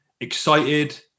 excited